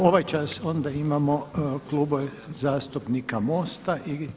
Ovaj čas onda imamo klubove zastupnika MOST-a i.